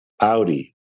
Audi